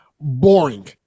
boring